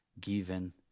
given